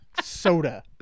soda